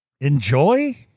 enjoy